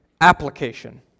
application